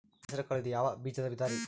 ಹೆಸರುಕಾಳು ಇದು ಯಾವ ಬೇಜದ ವಿಧರಿ?